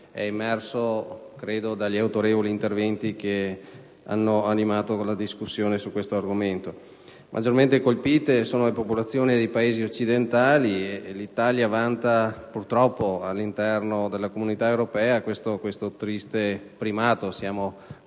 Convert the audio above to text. emerso dagli autorevoli interventi che hanno animato la discussione sull'argomento. Maggiormente colpite sono le popolazioni dei Paesi occidentali, e l'Italia vanta purtroppo, all'interno dell'Unione europea, questo triste primato: siamo